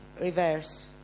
reverse